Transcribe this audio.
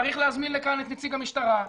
צריך להזמין לכאן את נציג המשטרה,